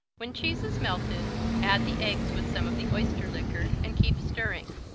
when cheese is melted add the eggs with some of the oyster liquor and keep stirring.